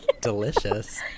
delicious